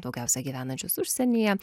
daugiausia gyvenančius užsienyje